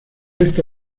esta